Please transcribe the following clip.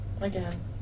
Again